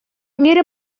мере